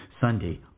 Sunday